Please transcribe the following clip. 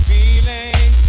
Feeling